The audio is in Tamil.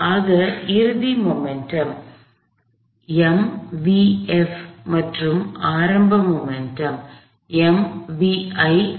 ஆக இறுதி மொமெண்ட்டம் mvf மற்றும் ஆரம்ப மொமெண்ட்டம் mvi ஆகும்